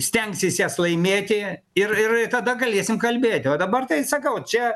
stengsis jas laimėti ir ir tada galėsim kalbėti o dabar tai sakau čia